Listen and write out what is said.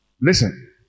Listen